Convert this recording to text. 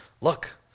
look